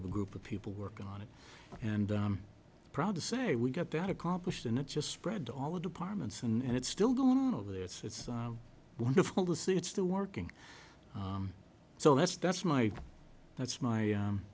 of a group of people working on it and i'm proud to say we get that accomplished and it just spread to all the departments and it's still going on over there it's wonderful to see it's still working so that's that's my that's my